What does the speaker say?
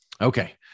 Okay